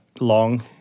long